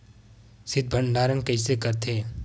शीत भंडारण कइसे करथे?